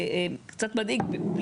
כתוב: "השר,